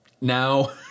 Now